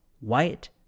Wyatt